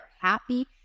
happy